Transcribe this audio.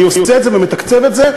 אני עושה את זה ומתקצב את זה,